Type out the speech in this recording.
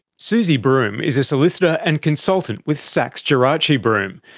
suzi broome is a solicitor and consultant with sachs gerace broome.